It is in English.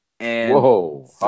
Whoa